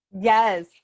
yes